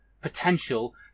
potential